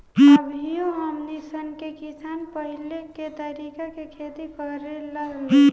अभियो हमनी सन के किसान पाहिलके तरीका से खेती करेला लोग